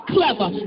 Clever